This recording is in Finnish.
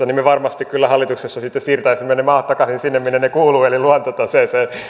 niin me varmasti kyllä hallituksessa sitten siirtäisimme ne ne maat takaisin sinne minne ne kuuluvat eli luontotaseeseen